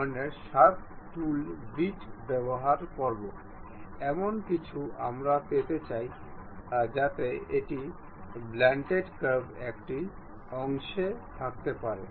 এখন আমাদের চারপাশে একটি অর্কের মতো কিছু প্রয়োজন কারণ আমরা এই ধরণের শার্প টুল বিট বেবহার করবো এমন কিছু আমরা পেতে চাই যাতে একটি ব্লান্টেড কার্ভ একটি অংশে থাকতে পারে